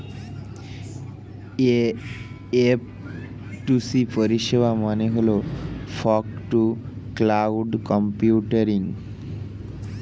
F two C পরিষেবার মানে হল ফগ টু ক্লাউড কম্পিউটিং